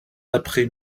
après